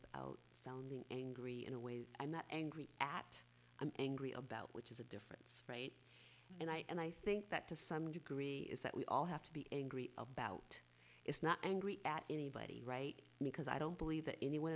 without sounding angry in a way i'm not angry at i'm angry about which is a once right and i and i think that to some degree is that we all have to be angry about it's not angry at anybody right now because i don't believe that anyone